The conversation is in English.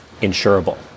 insurable